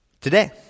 Today